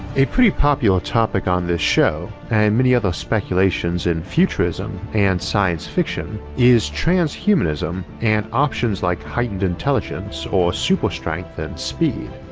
a pretty popular topic on this show and many other speculations in futurism and science fiction is transhumanism and options like heightened intelligence or super strength and speed.